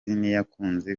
ntiyakunze